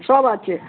সব আছে